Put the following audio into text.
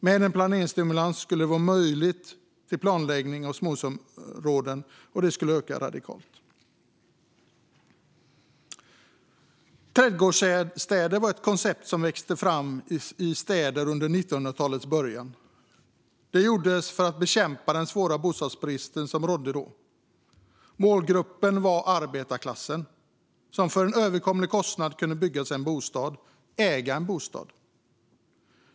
Med en planeringsstimulans skulle möjligheten till planläggning av småhusområden öka radikalt. Trädgårdsstäder var ett koncept som växte fram i städer under 1900-talets början för att bekämpa den svåra bostadsbrist som rådde. Målgruppen var arbetarklassen, som för en överkomlig kostnad kunde bygga sig en bostad och äga den bostaden.